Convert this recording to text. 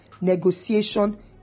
negotiation